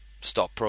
stop